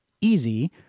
easy